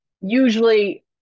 usually